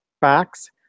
facts